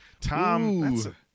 Tom